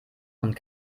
und